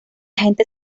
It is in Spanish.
gente